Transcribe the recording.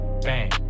bang